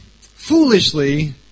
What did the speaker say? foolishly